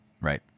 right